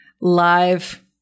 live